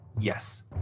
Yes